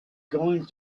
going